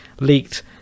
leaked